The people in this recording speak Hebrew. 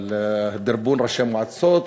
כולל דרבון ראשי מועצות,